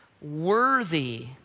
worthy